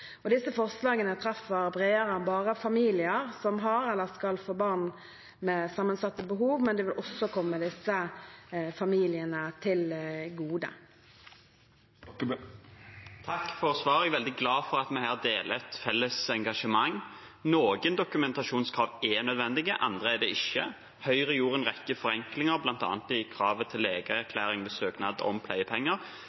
Disse forslagene treffer bredere enn bare familier som har eller skal få barn med sammensatte behov, men det vil også komme disse familiene til gode. Jeg er veldig glad for at vi deler et felles engasjement. Noen dokumentasjonskrav er nødvendige; andre er det ikke. Høyre gjorde en rekke forenklinger, bl.a. i kravet til